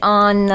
on